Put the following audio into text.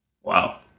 Wow